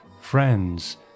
Friends